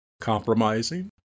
compromising